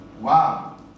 Wow